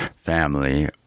family